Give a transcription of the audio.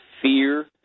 fear